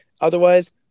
Otherwise